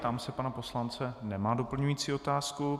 Ptám se pana poslance nemá doplňující otázku.